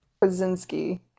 Krasinski